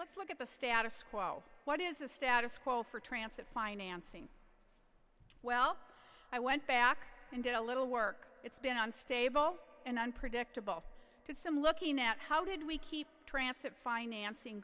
let's look at the status quo what is the status quo for transit financing well i went back and did a little work it's been on stable and unpredictable to some looking at how did we keep transept financing